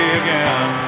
again